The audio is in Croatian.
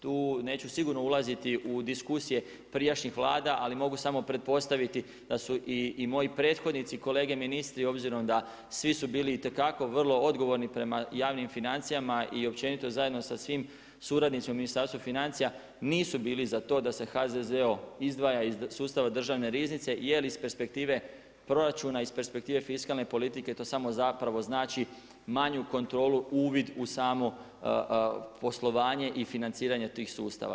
Tu neću sigurno ulaziti u diskusije prijašnjih Vlada, ali mogu samo pretpostaviti da su i moji prethodnici, kolege ministri, obzirom da svi su bili itekako vrlo odgovorni prema javnim financijama i općenito zajedno sa svim suradnicima u Ministarstvu financija, nisu bili za to da se HZZO izdvaja iz sustava državne riznice, jer iz perspektive proračuna iz perspektive fiskalne politike to samo zapravo znači manju kontrolu, uvid u samu poslovanje i financiranje tih sustava.